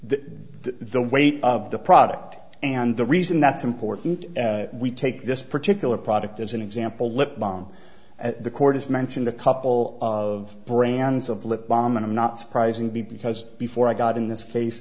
the weight of the product and the reason that's important we take this particular product as an example lip balm at the court as mentioned a couple of brands of lip balm and i'm not surprising because before i got in this case